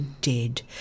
dead